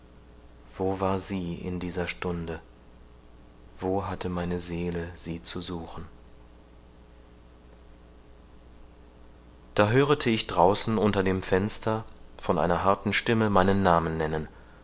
wo war sie in dieser stunde wo hatte meine seele sie zu suchen da hörete ich draußen unter dem fenster von einer harten stimme meinen namen nennen